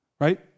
right